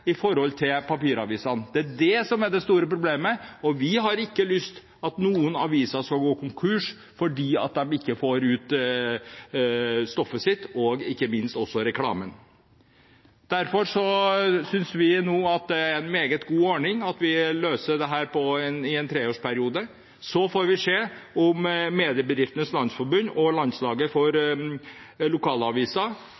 i forhold til papiravisene, det er det store problemet. Vi har ikke lyst til at noen aviser skal gå konkurs fordi de ikke får ut stoffet sitt, og ikke minst også reklamen. Derfor synes vi det er en meget god ordning at vi løser dette nå i en treårsperiode. Så får vi se om Mediebedriftenes Landsforening og Landslaget for